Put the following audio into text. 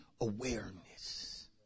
awareness